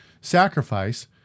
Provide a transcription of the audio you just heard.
sacrifice